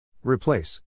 Replace